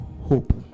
hope